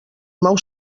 mou